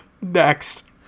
Next